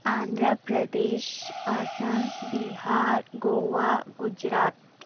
Andhra Pradesh Assam Bihar Goa Gujarat